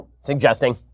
suggesting